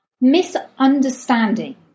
misunderstanding